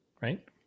right